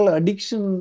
addiction